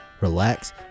relax